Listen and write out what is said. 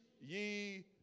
ye